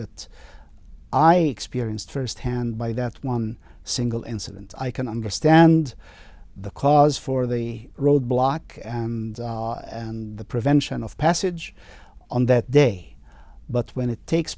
that i experienced first hand by that one single incident i can understand the cause for the road block and the prevention of passage on that day but when it takes